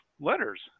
letters